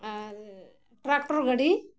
ᱟᱨ tractor ᱜᱟᱹᱰᱤ